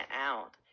out